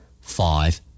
Five